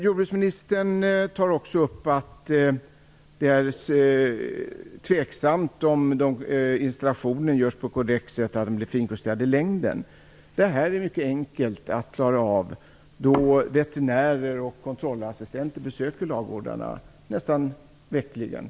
Jordbruksministern tar också upp att det är tveksamt om installationen görs på korrekt sätt och om kodressören blir finjusterad i längden. Detta är mycket enkelt att klara av då veterinärer och kontrollassistenter besöker ladugårdarna nästan varje vecka.